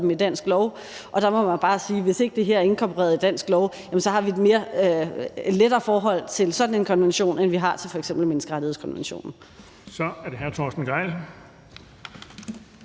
i dansk lov, og der må man bare sige, at hvis ikke det her er inkorporeret i dansk lov, har vi et lettere forhold til sådan en konvention, end vi har til f.eks. menneskerettighedskonventionen.